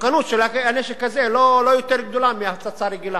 המסוכנות של הנשק הזה לא יותר גדולה מהפצצה רגילה.